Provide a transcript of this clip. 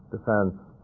defense,